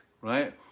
right